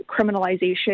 criminalization